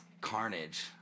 Carnage